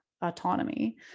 autonomy